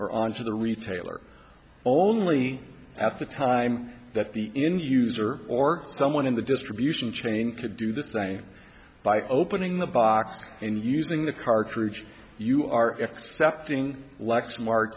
or on to the retailer only at the time that the end user or someone in the distribution chain could do the same by opening the box and using the cartridge you are ac